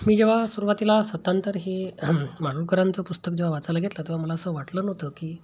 मी जेव्हा सुरुवातीला सत्तांतर हे माडगूळकरांचं पुस्तक जेव्हा वाचायला घेतलं तेव्हा मला असं वाटलं नव्हतं की